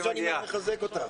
זה יפה מאוד ואני מחזק אותך.